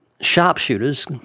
sharpshooters